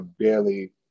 barely